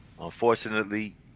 Unfortunately